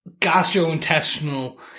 gastrointestinal